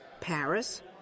Paris